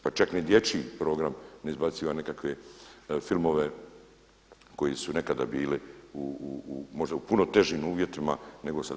Pa čak ni dječji program ne izbaciva nekakve filmove koji su nekada bili možda u puno težim uvjetima nego sada.